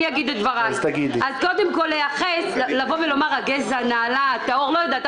אז קודם כל לומר הגזע הנעלה, הטהור זו